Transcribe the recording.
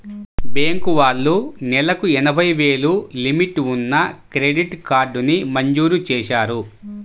bank వాళ్ళు నెలకు ఎనభై వేలు లిమిట్ ఉన్న క్రెడిట్ కార్డుని మంజూరు చేశారు